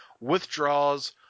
withdraws